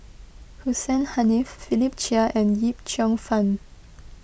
Hussein Haniff Philip Chia and Yip Cheong Fun